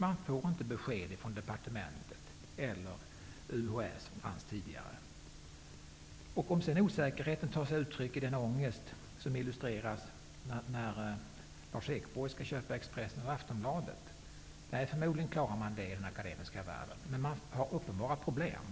Man får inte besked från departementet eller från Om sedan osäkerheten tar sig uttryck i den ångest som illustreras av Lars Ekborg när han väljer mellan Expressen och Aftonbladet -- men förmodligen klarar man det inom den akademiska världen -- blir det uppenbara problem